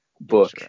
book